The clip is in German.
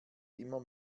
immer